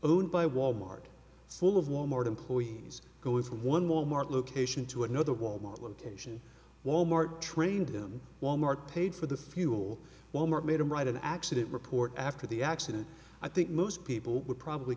owned by walmart full of walmart employees go with one wal mart location to another walmart location walmart trained them walmart paid for the fuel walmart made them write an accident report after the accident i think most people would probably